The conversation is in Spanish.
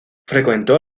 frecuentó